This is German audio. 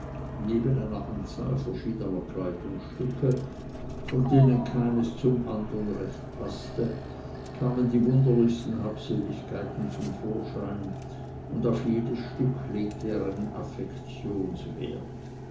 neben einer anzahl verschiedener kleidungsstücke von denen keines zum andern recht paßte kamen die wunderlichsten habseligkeiten zum vorschein und auf jedes stück legte er einen